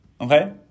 okay